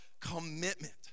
commitment